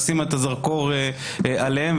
לשים את הזרקור עליהם,